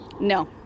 No